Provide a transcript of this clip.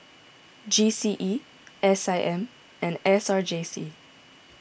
G C E S I M and S R J C